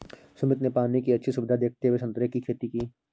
सुमित ने पानी की अच्छी सुविधा देखते हुए संतरे की खेती की